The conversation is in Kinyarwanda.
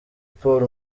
paul